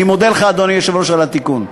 אני מודה לך, אדוני היושב-ראש, על התיקון.